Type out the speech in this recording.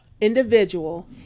individual